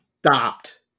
stopped